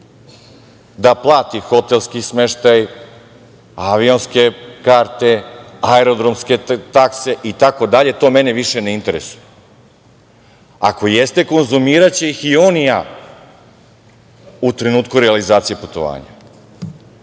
da plati hotelski smeštaj, avionske karte, aerodromske takse itd. to mene više ne interesuje. Ako jeste, konzumiraće ih i on i ja u trenutku realizacije putovanja.